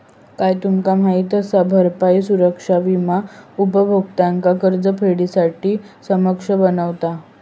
काय तुमचा माहित असा? भरपाई सुरक्षा विमा उपभोक्त्यांका कर्जफेडीसाठी सक्षम बनवता